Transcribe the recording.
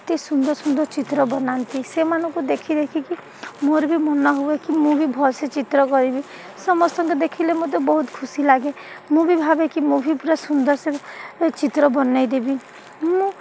ଏତେ ସୁନ୍ଦର ସୁନ୍ଦର ଚିତ୍ର ବନାନ୍ତି ସେମାନଙ୍କୁ ଦେଖି ଦେଖିକି ମୋର ବି ମନା ହୁଏ କି ମୁଁ ବି ଭଲସେ ଚିତ୍ର କରିବି ସମସ୍ତଙ୍କ ଦେଖିଲେ ମୋତେ ବହୁତ ଖୁସି ଲାଗେ ମୁଁ ବି ଭାବେ କିି ମୁଁ ବି ପୁରା ସୁନ୍ଦର ସେ ଚିତ୍ର ବନାଇ ଦେବି ମୁଁ